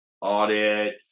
audit